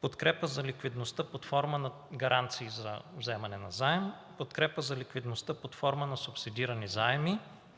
подкрепа за ликвидността под форма на гаранции за вземане на заем; подкрепа за ликвидността под форма на субсидирани заеми;